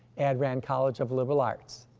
addran college of liberal arts.